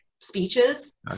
speeches